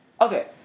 Okay